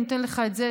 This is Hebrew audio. אני נותן לך את זה,